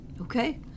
Okay